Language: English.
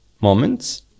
moments